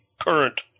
current